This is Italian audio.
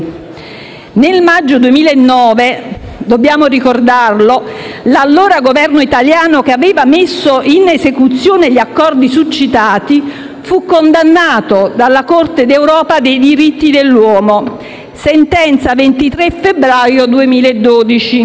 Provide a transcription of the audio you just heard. Nel maggio 2009 - dobbiamo ricordarlo - l'allora Governo italiano, che aveva messo in esecuzione i citati accordi, fu condannato dalla Corte d'Europa dei diritti dell'uomo (sentenza 23 febbraio 2012)